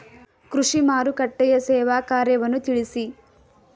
ಕೃಷಿ ಮಾರುಕಟ್ಟೆಯ ಸೇವಾ ಕಾರ್ಯವನ್ನು ತಿಳಿಸಿ?